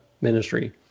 ministry